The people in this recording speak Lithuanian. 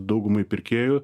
daugumai pirkėjų